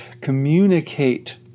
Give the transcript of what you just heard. communicate